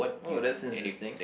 oh that's interesting